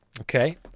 Okay